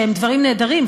שהם דברים נהדרים,